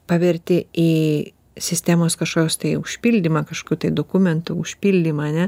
paverti į sistemos kažkokios tai užpildymą kažkur tai dokumentų užpildymą ane